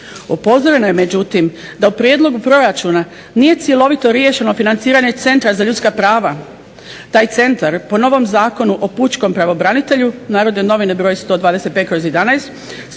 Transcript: Upozoreno je, međutim, da u prijedlogu proračuna nije cjelovito riješeno financiranje Centra za ljudska prava. Taj centar po novog Zakonu o pučkom pravobranitelju, Narodne novine br. 125/11